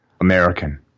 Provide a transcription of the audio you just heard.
American